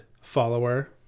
follower